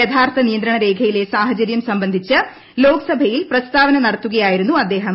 യഥാർഥ നിയന്ത്രണ രേഖയിലെ സാഹചര്യം സംബന്ധിച്ച് ലോക്സഭയിൽ പ്രസ്താവന നടത്തുകയായിരുന്നു അദ്ദേഹം